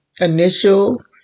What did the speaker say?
initial